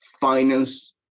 finance